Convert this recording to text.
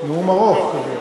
נאום ארוך כזה.